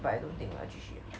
but I don't think 我要继续 liao